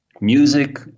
music